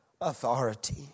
authority